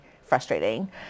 frustrating